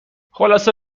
خلاصه